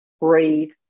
breathe